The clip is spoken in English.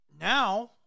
now